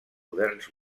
moderns